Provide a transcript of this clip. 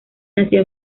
nació